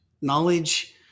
Knowledge